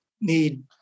need